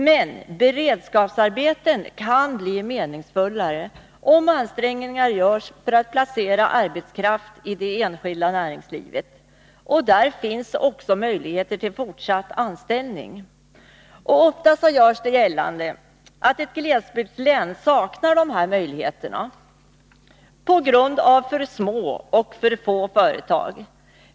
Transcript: Men beredskapsarbeten kan bli meningsfullare om ansträngningar görs för att placera arbetskraft i det enskilda näringslivet. Där finns också möjligheter till fortsatt anställning. Ofta görs det gällande att ett glesbygdslän saknar dessa möjligheter på grund av för små och för få företag.